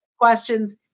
questions